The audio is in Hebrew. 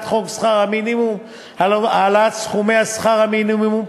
חוק שכר מינימום (העלאת סכומי שכר מינימום,